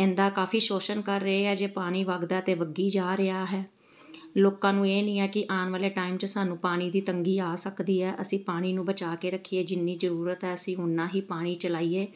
ਇਹਦਾ ਕਾਫੀ ਸ਼ੋਸ਼ਣ ਕਰ ਰਹੇ ਆ ਜੇ ਪਾਣੀ ਵੱਗਦਾ ਤਾਂ ਵੱਗੀ ਜਾ ਰਿਹਾ ਹੈ ਲੋਕਾਂ ਨੂੰ ਇਹ ਨਹੀਂ ਹੈ ਕਿ ਆਉਣ ਵਾਲੇ ਟਾਈਮ 'ਚ ਸਾਨੂੰ ਪਾਣੀ ਦੀ ਤੰਗੀ ਆ ਸਕਦੀ ਹੈ ਅਸੀਂ ਪਾਣੀ ਨੂੰ ਬਚਾ ਕੇ ਰੱਖੀਏ ਜਿੰਨੀ ਜ਼ਰੂਰਤ ਹੈ ਅਸੀਂ ਓਨਾਂ ਹੀ ਪਾਣੀ ਚਲਾਈਏ